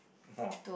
!wow!